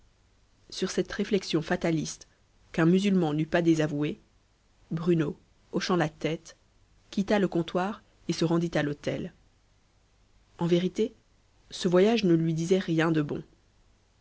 sur cette réflexion fataliste qu'un musulman n'eût pas désavouée bruno hochant la tête quitta le comptoir et se rendit à l'hôtel en vérité ce voyage ne lui disait rien de bon